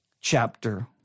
chapter